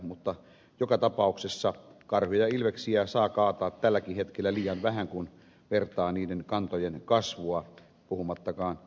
mutta joka tapauksessa karhuja ja ilveksiä saa kaataa tälläkin hetkellä liian vähän kun vertaa niiden kantojen kasvuun puhumattakaan susista